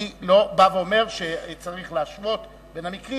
אני לא בא ואומר שצריך להשוות בין המקרים,